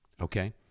okay